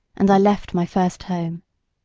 and i left my first home.